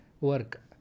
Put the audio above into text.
work